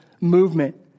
movement